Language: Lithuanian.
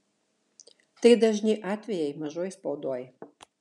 tai dažni atvejai mažoj spaudoj